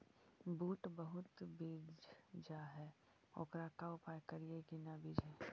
बुट बहुत बिजझ जा हे ओकर का उपाय करियै कि न बिजझे?